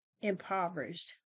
impoverished